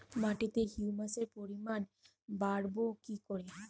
মাটিতে হিউমাসের পরিমাণ বারবো কি করে?